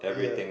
yeah